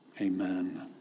Amen